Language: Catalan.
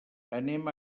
anem